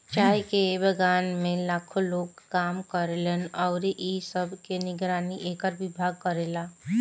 चाय के बगान में लाखो लोग काम करेलन अउरी इ सब के निगरानी एकर विभाग करेला